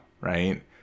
right